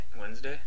Wednesday